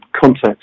context